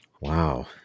wow